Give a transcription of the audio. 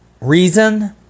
reason